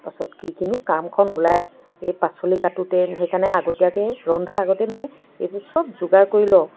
পাছত কি কিনো কামখন ওলায় এই পাচলি কাটোঁতে সেইকাৰণে আগতীয়াকৈয়ে ৰন্ধাৰ আগতেই মই এইখিনি চব যোগাৰ কৰি লওঁ